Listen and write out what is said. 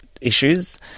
issues